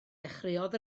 dechreuodd